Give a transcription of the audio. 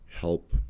help